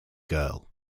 girl